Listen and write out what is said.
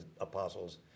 apostles